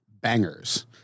bangers